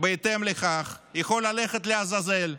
בהתאם לכך, יכול ללכת לעזאזל.